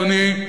אדוני,